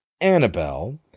Annabelle